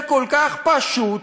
זה כל כך פשוט,